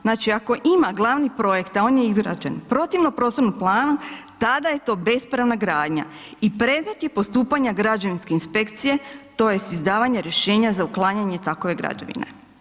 Znači ako ima glavni projekt izrađen protivno poslovnom planu, tada je to bespravna gradnja i predmeti postupanja građevinske inspekcije tj. izdavanje rješenja za uklanjanje takve građevine.